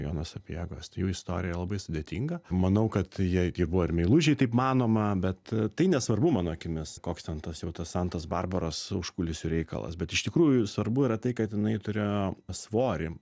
jono sapiegos tai jų istorija labai sudėtinga manau kad jie gi buvo ir meilužiai taip manoma bet tai nesvarbu mano akimis koks ten tas jau tas santos barbaros užkulisių reikalas bet iš tikrųjų svarbu yra tai kad jinai turėjo svorį